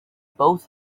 both